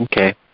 Okay